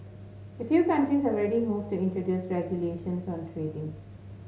a few countries have already moved to introduce regulations on trading